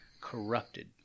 corrupted